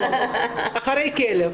אחרי הכלב.